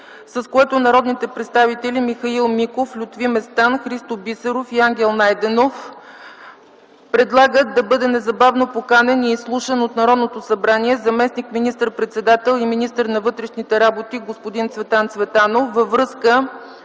с което народните представители Михаил Миков, Лютви Местан, Христо Бисеров и Ангел Найденов предлагат да бъде незабавно поканен и изслушан от Народното събрание заместник министър-председателят и министър на вътрешните работи господин Цветан Цветанов във връзка